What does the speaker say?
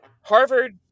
Harvard